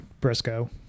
Briscoe